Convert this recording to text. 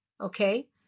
okay